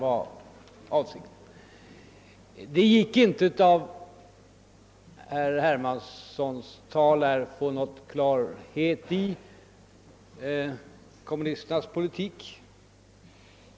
Av herr Hermanssons tal gick det inte att få någon klarhet beträffande kommunisternas politik.